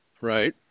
right